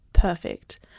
perfect